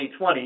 2020